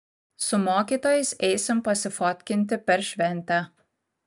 su mokytojais eisim pasifotkinti per šventę